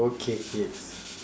okay okay